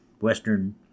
western